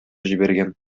җибәргән